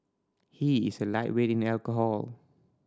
he is a lightweight in alcohol